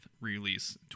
release